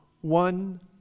one